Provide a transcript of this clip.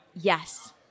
yes